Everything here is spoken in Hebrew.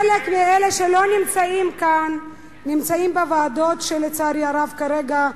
חלק מאלה שלא נמצאים כאן נמצאים בוועדות שלצערי הרב מתנהלות כרגע,